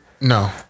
No